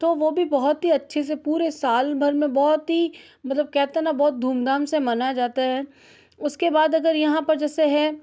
तो वह भी बहुत ही अच्छे से पूरे साल भर में बोहोत ही मतलब कहते हैं ना बहुत धूम धाम से मानाया जाता है उसके बाद अगर यहाँ पर जैसे है